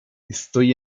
estoy